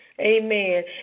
amen